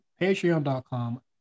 patreon.com